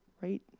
right